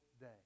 day